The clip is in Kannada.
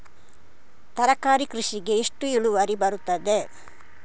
ತರಕಾರಿ ಕೃಷಿಗೆ ಎಷ್ಟು ಇಳುವರಿ ಬರುತ್ತದೆ?